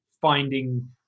finding